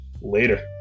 Later